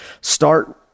Start